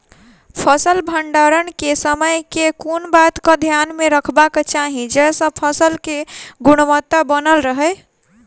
फसल भण्डारण केँ समय केँ कुन बात कऽ ध्यान मे रखबाक चाहि जयसँ फसल केँ गुणवता बनल रहै?